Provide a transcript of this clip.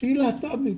שהיא להט"בית